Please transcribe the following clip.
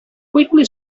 quickly